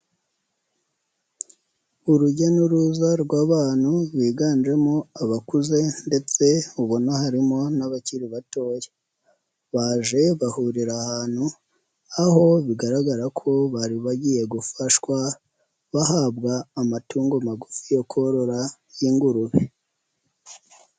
Urujya n'uruza rw'abantu biganjemo abakuze ndetse ubona harimo n'abakiri batoya, baje bahurira ahantu aho bigaragara ko bari bagiye gufashwa, bahabwa amatungo magufi yo korora y'ingurube.